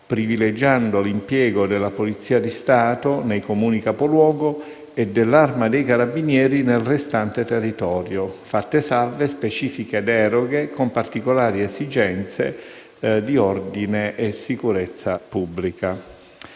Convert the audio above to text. privilegiando l'impiego della Polizia di Stato nei Comuni capoluogo e dell'Arma dei carabinieri nel restante territorio, fatte salve specifiche deroghe per particolari esigenze di ordine e sicurezza pubblica.